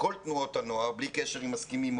כל תנועות הנוער זה